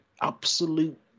absolute